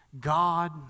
God